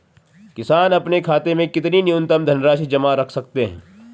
किसान अपने खाते में कितनी न्यूनतम धनराशि जमा रख सकते हैं?